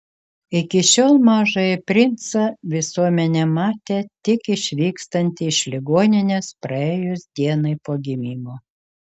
iki šiol mažąjį princą visuomenė matė tik išvykstantį iš ligoninės praėjus dienai po gimimo